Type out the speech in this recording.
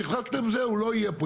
החלטתם שזהו, לא יהיה פה.